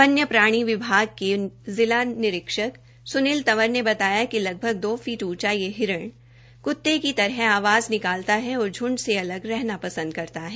वन्य प्रणाली विभाग के जिला निरीक्षक सुनील तंवर ने बताया कि लगभग दो फीट ऊंचा यह हिरण कुत्ते की तरह आवाज़ निकालता है और झूंड से अलग रहना पसंद करता है